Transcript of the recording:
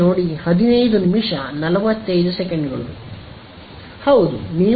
ಹೌದು ನೀವು ಸಹ ಇದನ್ನು ಮಾಡಬಹುದು